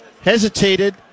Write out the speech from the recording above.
hesitated